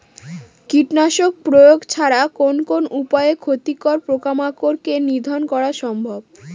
কীটনাশক প্রয়োগ ছাড়া কোন কোন উপায়ে ক্ষতিকর পোকামাকড় কে নিধন করা সম্ভব?